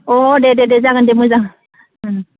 अ दे दे जागोन दे मोजां